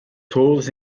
tools